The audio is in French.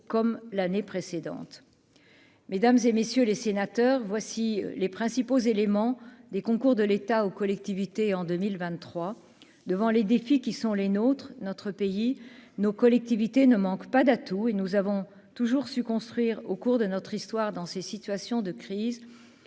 comme l'année précédente, mesdames et messieurs les sénateurs, voici les principaux éléments des concours de l'État aux collectivités en 2023 devant les défis qui sont les nôtres, notre pays, nos collectivités ne manque pas d'atouts, et nous avons toujours su construire au cours de notre histoire, dans ces situations de crise